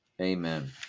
Amen